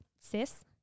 sis